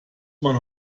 man